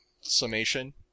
summation